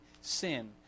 sin